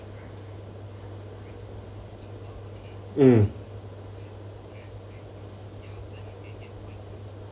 mm